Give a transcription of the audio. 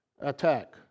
attack